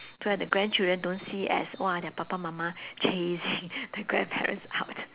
so that the grandchildren don't see as !wah! their papa mama chasing their grandparents out